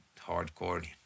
hardcore